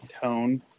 tone